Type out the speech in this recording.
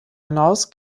hinaus